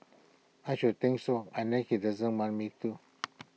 I should think so unless he doesn't want me to